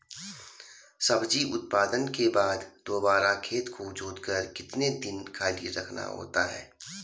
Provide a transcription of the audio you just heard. सब्जी उत्पादन के बाद दोबारा खेत को जोतकर कितने दिन खाली रखना होता है?